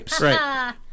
Right